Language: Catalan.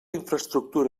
infraestructura